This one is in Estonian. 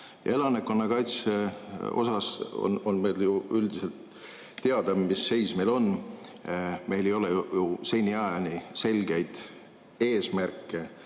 Elanikkonnakaitse osas on meil üldiselt teada, mis seis meil on. Meil ei ole seniajani selgeid eesmärke